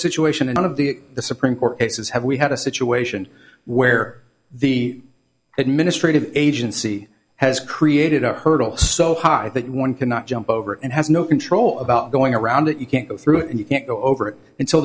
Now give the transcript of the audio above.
situation in one of the supreme court cases have we had a situation where the administrative agency has created a hurdle so high that one cannot jump over and has no control about going around it you can't go through it and you can't go over it until